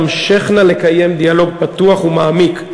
תמשכנה לקיים דיאלוג פתוח ומעמיק,